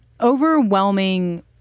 overwhelming